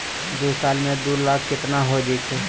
दू साल में दू लाख केतना हो जयते?